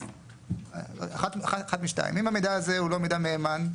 אז אחת משתיים: אם המידע הזה הוא לא מידע מהימן,